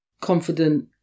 confident